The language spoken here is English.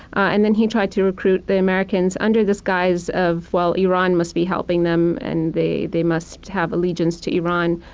and then he tried to recruit the americans under the guise of, well, iran must be helping them, and they they must have allegiance to iran.